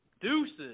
Deuces